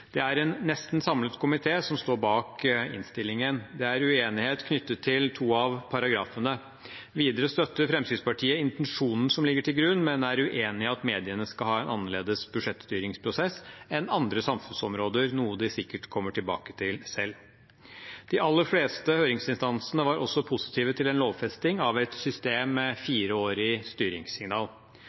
Det er en nesten samlet komité som står bak meldingen. Det er uenighet knyttet til to av paragrafene. Videre støtter Fremskrittspartiet intensjonen som ligger til grunn, men er uenig i at mediene skal ha en annerledes budsjettstyringsprosess enn andre samfunnsområder, noe de sikkert kommer tilbake til selv. De aller fleste høringsinstansene var også positive til en lovfesting av et system med fireårige styringssignal.